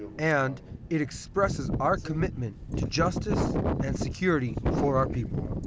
and it expresses our commitment to justice and security for our people.